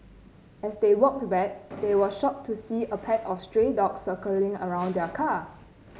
as they walked back they were shocked to see a pack of stray dogs circling around their car